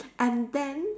and then